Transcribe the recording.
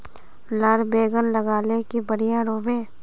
लार बैगन लगाले की बढ़िया रोहबे?